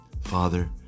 Father